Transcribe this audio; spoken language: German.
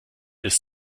ist